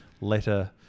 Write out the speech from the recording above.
letter